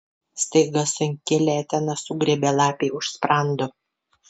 staiga sunki letena sugriebė lapei už sprando